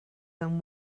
than